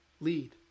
lead